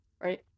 right